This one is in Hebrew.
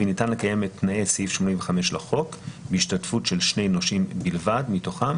וניתן לקיים את תנאי סיעף 85 לחוק בהשתתפות של שני נושים בלבד מתוכם